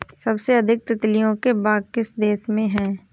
सबसे अधिक तितलियों के बाग किस देश में हैं?